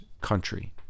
country